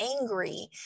angry